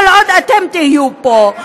כל עוד אתם תהיו פה.